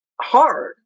hard